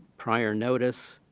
prior notice,